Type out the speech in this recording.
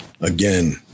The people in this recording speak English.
again